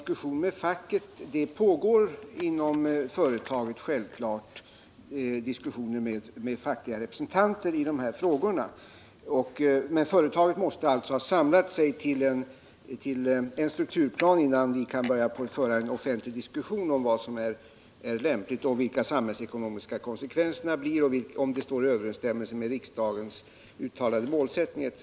Herr talman! Diskussioner med fackliga representanter i dessa frågor pågår självfallet inom företaget. Men företaget måste alltså ha samlat sig till en strukturplan innan vi kan föra en offentlig diskussion om vad som är lämpligt, om vilka de samhällsekonomiska konsekvenserna blir, om planen står i överensstämmelse med riksdagens uttalade målsättning etc.